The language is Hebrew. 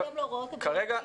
בהתאם להוראות הבריאות.